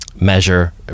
measure